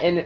and